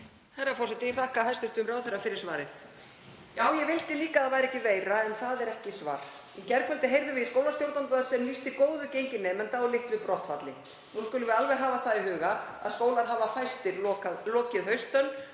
Herra forseti. Ég þakka hæstv. ráðherra fyrir svarið. Já, ég vildi líka að það væri ekki veira en það er ekki svar. Í gærkvöldi heyrðum við í skólastjórnanda sem lýsti góðu gengi nemenda og litlu brottfalli. Nú skulum við alveg hafa það í huga að skólar hafa fæstir lokið haustönn